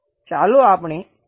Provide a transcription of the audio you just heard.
ચાલો આપણે તે એક પછી એક જોઈએ